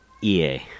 EA